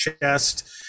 chest